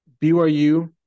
BYU